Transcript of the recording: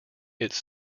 its